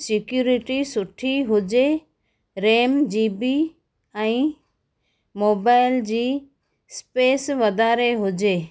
security सुठी हुजे RAM GB ऐं मोबाइल जी स्पेस वधारे हुजे